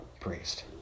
priest